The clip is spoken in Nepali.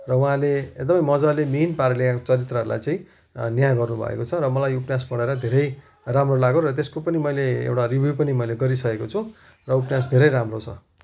र उहाँले एकदमै मजाले मिहिन पाराले अब चरित्रहरलाई चाहिँ न्याय गर्नु भएको छ र मलाई यो उपन्यास पढेर धेरै राम्रो लाग्यो र त्यसको पनि मैले एउटा रिभ्यू पनि मैले गरिसकेको छु र उपन्यास धेरै राम्रो छ